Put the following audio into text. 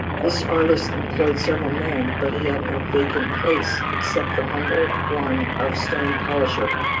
this artist employed several men, but he had no vacant place except the humble one of stone polisher,